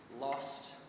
lost